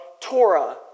Torah